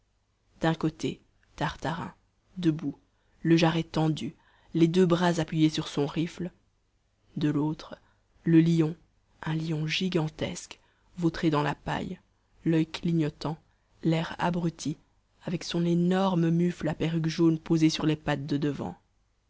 d'un côté tartarin debout le jarret tendu les deux bras appuyés sur son rifle de l'autre le lion un lion gigantesque vautré dans la paille l'oeil clignotant l'air abruti avec son énorme mufle à perruque jaune posé sur les pattes de devant